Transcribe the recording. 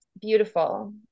beautiful